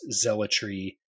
zealotry